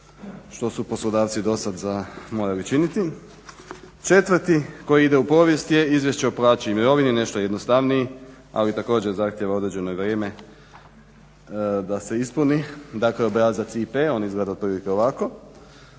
što su poslodavci dosad morali činiti. Četvrti koji ide u povijest je izvješće o plaći i mirovini nešto jednostavniji, ali također zahtijeva i određeno vrijeme da se ispuni, dakle obrazac IP. On izgleda otprilike ovako,